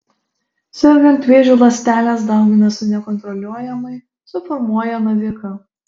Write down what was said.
sergant vėžiu ląstelės dauginasi nekontroliuojamai suformuoja naviką